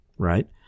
Right